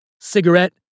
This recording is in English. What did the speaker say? Cigarette